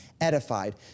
edified